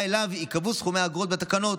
אליו ייקבעו סכומי האגרות בתקנות,